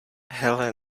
hele